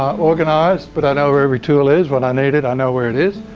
organised but i know where every tool is. when i need it i know where it is.